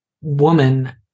woman